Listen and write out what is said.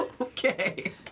Okay